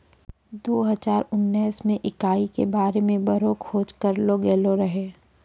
दो हजार उनैस मे इकाई के बारे मे बड़ो खोज करलो गेलो रहै